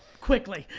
quickly,